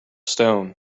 stone